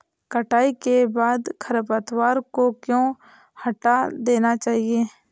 कटाई के बाद खरपतवार को क्यो हटा देना चाहिए?